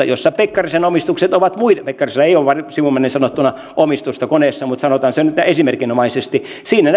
jossa pekkarisen omistukset ovat pekkarisella ei ole sivumennen sanottuna omistusta koneessa mutta sanotaan se nyt esimerkinomaisesti siinä